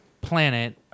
planet